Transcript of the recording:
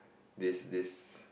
this this